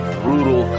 brutal